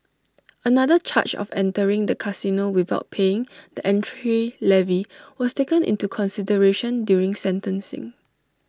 another charge of entering the casino without paying the entry levy was taken into consideration during sentencing